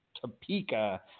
Topeka